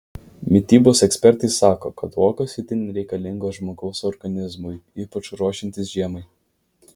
mitybos ekspertai sako kad uogos itin reikalingos žmogaus organizmui ypač ruošiantis žiemai